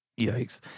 yikes